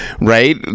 right